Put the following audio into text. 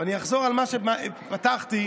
אני אחזור על הדברים שבהם פתחתי.